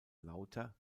lauter